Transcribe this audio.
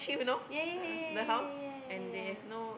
ya ya ya ya ya ya ya